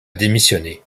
démissionné